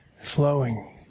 Flowing